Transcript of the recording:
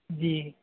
ਜੀ